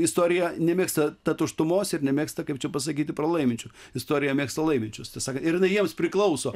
istorija nemėgsta tuštumos ir nemėgsta kaip čia pasakyti pralaiminčių istorija mėgsta laiminčius tiesą saknt ir jinai jiems priklauso